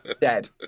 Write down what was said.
dead